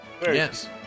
Yes